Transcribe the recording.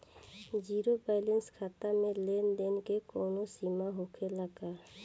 Zero balance खाता में लेन देन के कवनो सीमा होखे ला का?